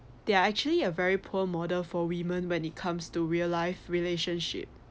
they are actually a very poor model for women when it comes to real life relationship